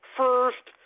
first